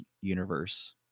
universe